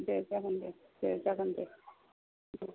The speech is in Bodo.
दे जागोन दे दे जागोन दे